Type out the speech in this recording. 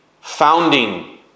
founding